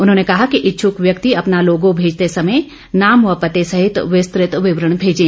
उन्होंने कहा कि इच्छुक व्यक्ति अपना लोगो भेजते समय नाम व पत्ते सहित विस्तृत विवरण भेजें